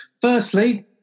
firstly